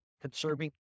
Conserving